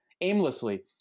aimlessly